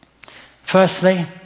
firstly